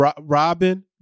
Robin